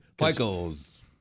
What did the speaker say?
Michael's